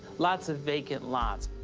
lots of vacant lots.